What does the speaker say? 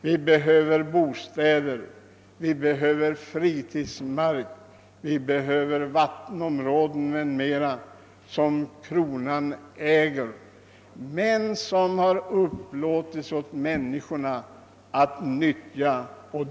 Vi behöver mark för bostäder, vi behöver fritidsområden, vi behöver vattenområden som kronan äger men som upplåts åt människorna att nyttja.